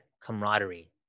Camaraderie